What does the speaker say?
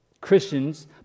Christians